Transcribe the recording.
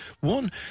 one